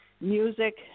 music